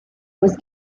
was